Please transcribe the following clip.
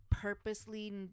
Purposely